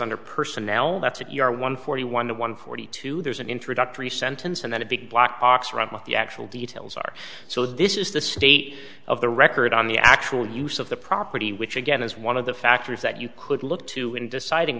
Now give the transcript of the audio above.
under personnel that's at your one forty one to one forty two there's an introductory sentence and then a big black box run with the actual details are so this is the state of the record on the actual use of the property which again is one of the factors that you could look to in deciding